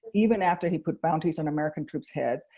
even after he put bounties on american troops' heads.